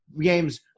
games